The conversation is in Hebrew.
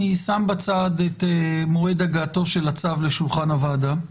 אני שם בצד את מועד הגעתו של הצו לשולחן הוועדה.